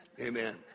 Amen